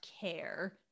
care